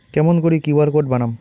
কেমন করি QR code বানাম?